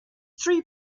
three